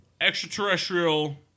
extraterrestrial